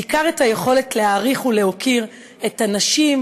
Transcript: בעיקר את היכולת להעריך ולהוקיר את הנשים,